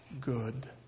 good